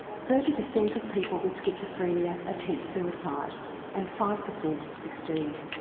thirty per cent of people with schizophrenia attempt suicide and five per cent succeed.